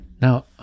now